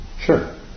Sure